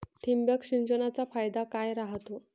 ठिबक सिंचनचा फायदा काय राह्यतो?